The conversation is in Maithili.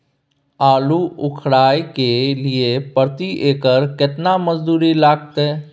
आलू उखारय के लिये प्रति एकर केतना मजदूरी लागते?